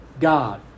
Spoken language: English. god